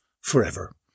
Forever